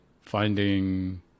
finding